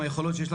עם היכולות שיש,